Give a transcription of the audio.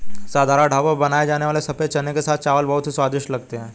साधारण ढाबों पर बनाए जाने वाले सफेद चने के साथ चावल बहुत ही स्वादिष्ट लगते हैं